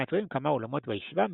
המעטרים כמה אולמות בישיבה,